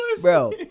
Bro